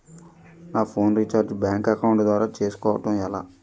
నా phone recharge bank account ద్వారా చేసుకోవటం ఎలా?